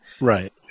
Right